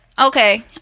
Okay